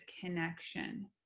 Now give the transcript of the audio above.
connection